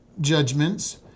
judgments